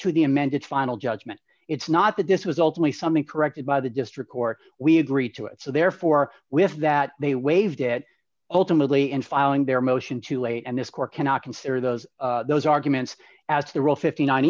to the amended final judgment it's not the disc was ultimately something corrected by the district court we agree to it so therefore we have that they waived it ultimately and filing their motion too late and this court cannot consider those those arguments as to the rule fifty nine